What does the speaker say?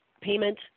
payment